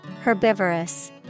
Herbivorous